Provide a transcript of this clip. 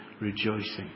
rejoicing